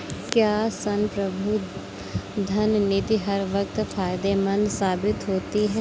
क्या संप्रभु धन निधि हर वक्त फायदेमंद साबित होती है?